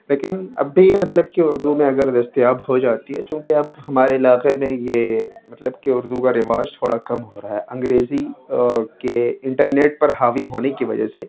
لیکن اب بھی مطلب کہ اردو میں اگر دستیاب ہو جاتی ہے چوں کہ اب ہمارے علاقے میں یہ مطلب کہ اردو کا رواج تھوڑا کم ہو رہا ہے انگریزی کے انٹرنیٹ پر حاوی ہونے کی وجہ سے